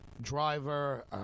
driver